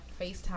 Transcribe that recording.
FaceTime